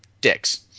dicks